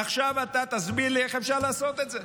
עכשיו אתה תסביר לי איך אפשר לעשות את זה.